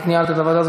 את ניהלת את הוועדה,